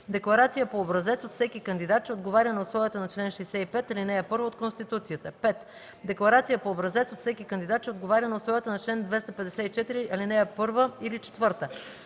декларация по образец от всеки кандидат, че отговаря на условията по чл. 65, ал. 1 от Конституцията; 5. декларация по образец от всеки кандидат, че отговаря на условията по чл. 254, ал. 1 или 4;